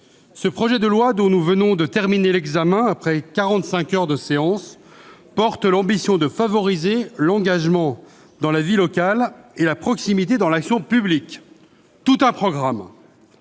ce projet de loi, dont nous venons de terminer l'examen après quarante-cinq heures de séance publique, porte l'ambition de favoriser l'engagement dans la vie locale et la proximité dans l'action publique : tout un programme !